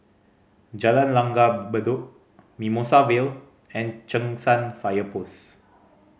Jalan Langgar Bedok Mimosa Vale and Cheng San Fire Post